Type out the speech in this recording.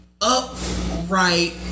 upright